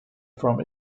from